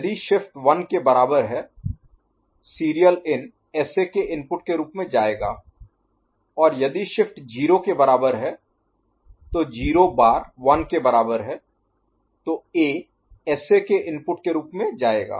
यदि शिफ्ट 1 के बराबर है सीरियल इन SA के इनपुट के रूप में जाएगा और यदि शिफ्ट 0 के बराबर है तो 0 बार 1 के बराबर है तो A SA के इनपुट के रूप में जाएगा